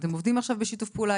אם עובדים עכשיו בשיתוף פעולה?